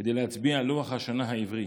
כדי להצביע על לוח השנה העברי.